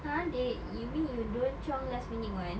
!huh! they you mean you don't chiong last minute [one]